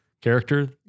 character